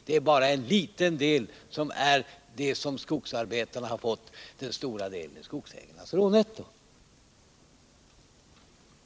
Skogsarbetarna har fått bara en liten del — den stora delen är skogsägarnas rånetto.